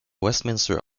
westminster